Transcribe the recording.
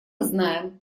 знаем